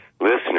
listeners